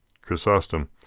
Chrysostom